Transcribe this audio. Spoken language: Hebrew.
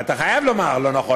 הרי אתה חייב לומר "לא נכון",